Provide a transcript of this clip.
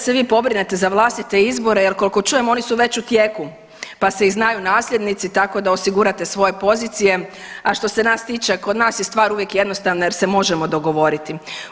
Bolje da se vi pobrinete za vlastite izbore jer koliko čujem, oni su već u tijeku pa se i znaju nasljednici tako da osigurate svoje pozicije, a što se nas tiče, kod nas je stvar uvijek jednostavna jer se možemo dogovoriti.